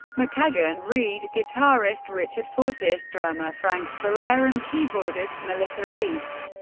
mckagan, reed, guitarist richard fortus, drummer frank ferrer and keyboardist melissa reese.